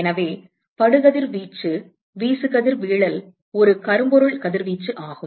எனவே படுகதிர்வீச்சு வீசுகதிர்வீழல் ஒரு கரும்பொருள் கதிர்வீச்சு ஆகும்